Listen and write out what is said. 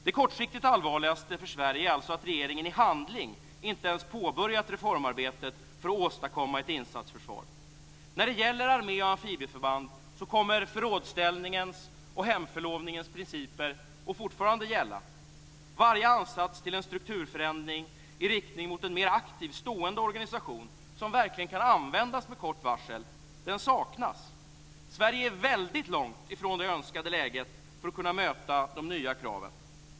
Det kortsiktigt allvarligaste för Sverige är alltså att regeringen i handling inte ens påbörjat reformarbetet för att åstadkomma ett insatsförsvar. När det gäller armé och amfibieförband kommer förrådsställningens och hemförlovningens principer att fortfarande gälla. Varje ansats till en strukturförändring i riktning mot en mer aktiv stående organisation som verkligen kan användas med kort varsel saknas. Sverige är väldigt långt ifrån det önskade läget för att kunna möta de nya kraven.